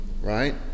right